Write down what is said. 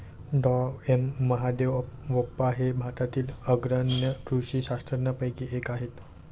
डॉ M Mahadevappa हे भारतातील अग्रगण्य कृषी शास्त्रज्ञांपैकी एक आहेत